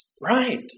right